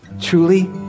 Truly